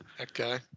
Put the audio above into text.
Okay